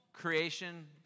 Creation